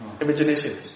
Imagination